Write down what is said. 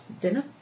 dinner